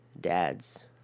dads